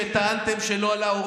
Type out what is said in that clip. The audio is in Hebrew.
שטענתם שלא עלה,